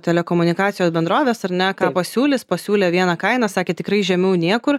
telekomunikacijos bendrovės ar ne ką pasiūlys pasiūlė vieną kainą sakė tikrai žemiau niekur